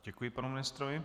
Děkuji panu ministrovi.